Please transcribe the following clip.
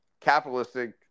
capitalistic